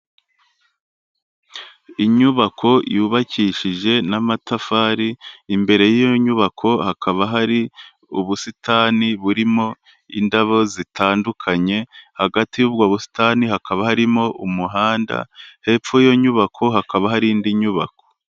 Inyubako yubakishije n'amatafari imbere y'iyo nyubako hakaba hari ubusitani burimo indabo zitandukanye, hagati y'ubwo busitani hakaba harimo umuhanda hepfo y'iyo nyubako hakaba hari indi nyubako.